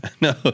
No